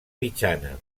mitjana